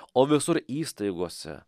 o visur įstaigose